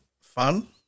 fun